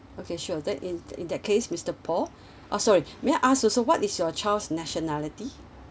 okay sure then in in that case mister paul uh sorry may I ask also what is your child's nationality